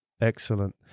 Excellent